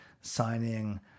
signing